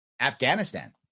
Afghanistan